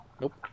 Nope